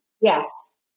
Yes